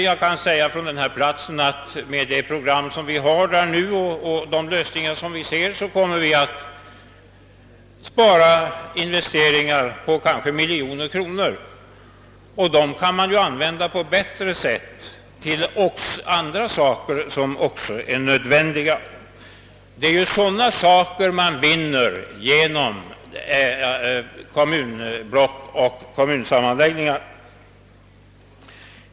Med det program för skolväsendet som vi nu har i min hemkommun skulle vi med det lagda förslaget kunna spara investeringar på kanske miljoner kronor utan förändring av skolformerna, och dessa pengar kan användas till andra saker som också är nödvändiga. Det är sådana vinster man kan göra genom kommunblocksbildningar och kommunsammanslagningar.